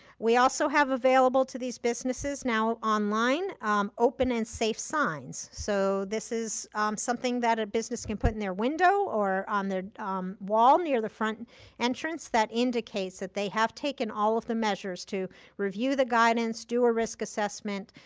we also have available to these businesses now online open and safe signs. so this is something that a business can put in their window or on their wall near the front entrance that indicates that they have taken all of the measures to review the guidance, do a risk assessment,